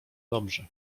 dobrze